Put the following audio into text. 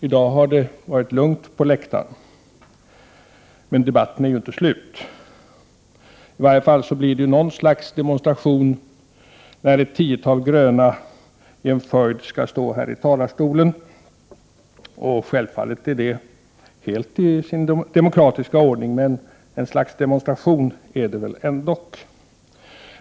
I dag har det varit lugnt på allmänhetens läktare. Men debatten är inte slut. I varje fall är det ett slags demonstration när ett tiotal representanter för de gröna i en följd skall stå i talarstolen. Självfallet är detta helt i sin demokratiska ordning, men en demonstration är det ändock.